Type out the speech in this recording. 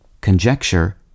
conjecture